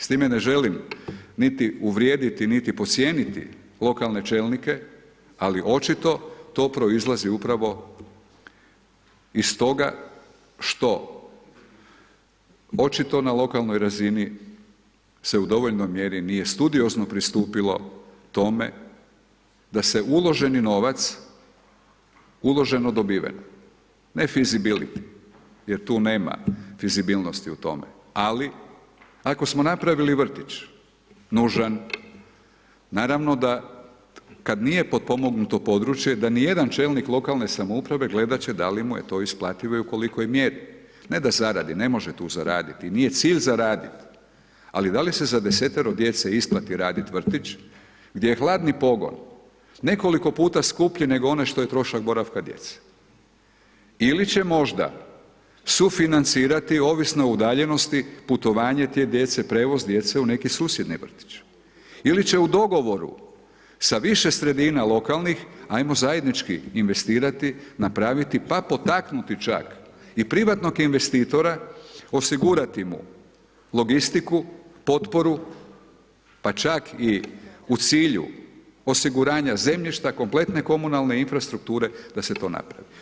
S time ne želim niti uvrijediti niti podcijeniti lokalne čelnike, ali očito to proizlazi upravo iz toga što očito na lokalnoj razini se u dovoljnoj mjeri nije studiozno pristupilo tome da se uloženi novac, uloženi dobiven, ne feasibility jer tu nema fizibilnosti u tome ali ako smo napravili vrtić, nužan, naravno da kad nije potpomognuto područje da nije čelnik lokalne samouprave gledat će da li mu je to isplativo i u koliko mjeri, ne da zaradi, ne može tu zaraditi, nije cilj zaraditi ali da li se za desetoro djece isplati raditi vrtić gdje je hladni pogon nekoliko puta skuplji nego onaj što je trošak boravka djece ili će možda sufinancirati ovisno o udaljenosti putovanja te djece, prijevoz djece u neki susjedni vrtić ili će u dogovoru sa više sredina lokalnih, ajmo zajednički investirati, napraviti pa potaknuti čak i privatnog investitora, osigurati mu logistiku, potporu pa čak i u cilju osiguranja zemljišta kompletne komunalne infrastrukture da se to napravi.